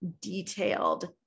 detailed